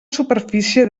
superfície